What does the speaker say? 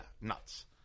nuts